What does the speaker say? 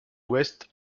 ouest